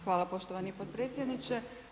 Hvala poštovani potpredsjedniče.